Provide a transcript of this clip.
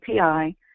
API